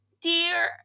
dear